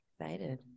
Excited